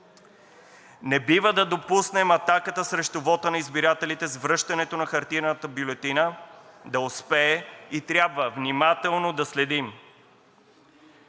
Не бива да допуснем атаката срещу вота на избирателите с връщането на хартиената бюлетина да успее и трябва внимателно да следим